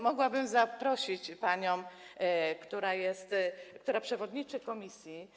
Mogłabym prosić panią, która jest, która przewodniczy komisji.